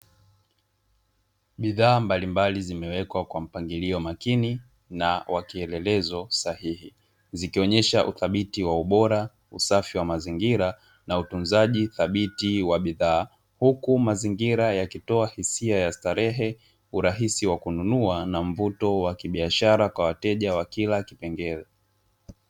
Bidhaa mbalimbali zimewekwa kwa mpangilio makini na wa kielelezo sahihi zikionyesha uthabiti wa ubora, usafi wa mazingira na utunzaji thabiti wa bidhaa huku mazingira yakitoa hisia ya starehe, urahisi wa kununua na mvuto wa kibiashara kwa wateja wa kila kipengere.